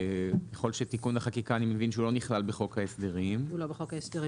ככל שתיקון החקיקה לא נכלל בחוק ההסדרים --- הוא לא בחוק ההסדרים.